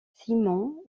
simon